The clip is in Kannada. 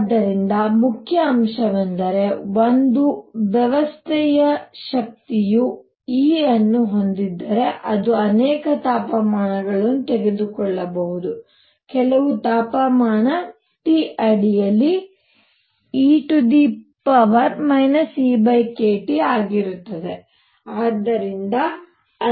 ಆದ್ದರಿಂದ ಮುಖ್ಯ ಅಂಶವೆಂದರೆ ಒಂದು ವ್ಯವಸ್ಥೆಯು ಶಕ್ತಿಯ E ಅನ್ನು ಹೊಂದಿದ್ದರೆ ಅದು ಅನೇಕ ತಾಪಮಾನವನ್ನು ತೆಗೆದುಕೊಳ್ಳಬಹುದು ಕೆಲವು ತಾಪಮಾನ T ಅಡಿಯಲ್ಲಿ e EkTಆಗಿರುತ್ತದೆ